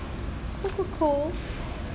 co~ co~ cool